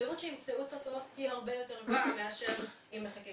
הסבירות שימצאו תוצאות היא הרבה יותר גבוהה מאשר אם מחכים